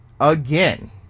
again